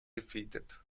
defeated